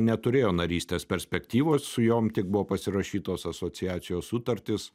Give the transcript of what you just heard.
neturėjo narystės perspektyvos su jom tik buvo pasirašytos asociacijos sutartys